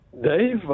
Dave